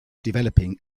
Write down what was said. developing